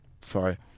Sorry